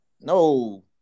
No